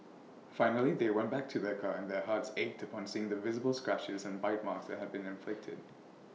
finally they went back to their car and their hearts ached upon seeing the visible scratches and bite marks that had been inflicted